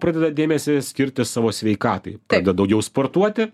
pradeda dėmesį skirti savo sveikatai pradeda daugiau sportuoti